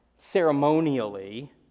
ceremonially